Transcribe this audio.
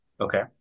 okay